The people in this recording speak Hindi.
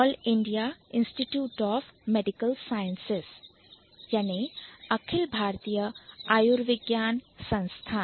All India Institute of Medical Sciences यानी अखिल भारतीय आयुर्विज्ञान संस्थान